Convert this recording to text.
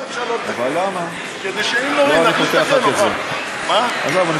מפני שאם נוריד, עזוב.